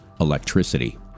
electricity